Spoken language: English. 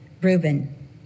Reuben